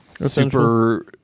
Super